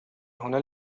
هنا